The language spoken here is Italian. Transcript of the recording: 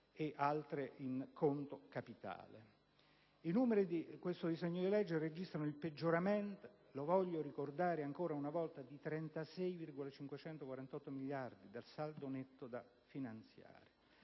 spese in conto capitale. I numeri di questo disegno di legge registrano il peggioramento - lo voglio ricordare ancora una volta - di 36,548 miliardi del saldo netto da finanziare.